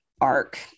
arc